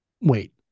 Wait